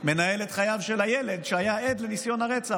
מנהל את חייו של הילד שהיה עד לניסיון הרצח.